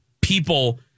people